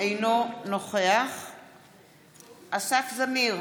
אינו נוכח אסף זמיר,